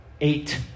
eight